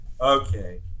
Okay